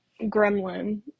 gremlin